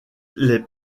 les